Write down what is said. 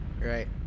Right